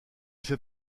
fait